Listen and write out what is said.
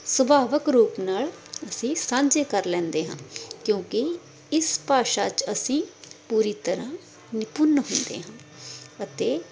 ਸੁਭਾਵਿਕ ਰੂਪ ਨਾਲ ਅਸੀਂ ਸਾਂਝੇ ਕਰ ਲੈਂਦੇ ਹਾਂ ਕਿਉਂਕਿ ਇਸ ਭਾਸ਼ਾ 'ਚ ਅਸੀਂ ਪੂਰੀ ਤਰ੍ਹਾਂ ਨਿਪੁੰਨ ਹੁੰਦੇ ਹਾਂ ਅਤੇ